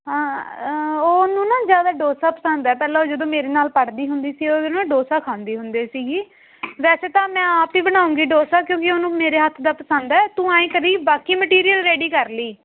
ਹਾਂ ਉਹਨੂੰ ਨਾ ਜ਼ਿਆਦਾ ਡੋਸਾ ਪਸੰਦ ਹੈ ਪਹਿਲਾਂ ਜਦੋਂ ਮੇਰੇ ਨਾਲ ਪੜ੍ਹਦੀ ਹੁੰਦੀ ਸੀ ਉਹਦੇ ਨਾਲ ਡੋਸਾ ਖਾਂਦੀ ਹੁੰਦੇ ਸੀਗੀ ਵੈਸੇ ਤਾਂ ਮੈਂ ਆਪ ਹੀ ਬਣਾਉਂਗੀ ਡੋਸਾ ਕਿਉਂਕਿ ਉਹਨੂੰ ਮੇਰੇ ਹੱਥ ਦਾ ਪਸੰਦ ਹੈ ਤੂੰ ਐਂ ਕਰੀ ਬਾਕੀ ਮਟੀਰੀਅਲ ਰੈਡੀ ਕਰ ਲਈ